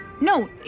no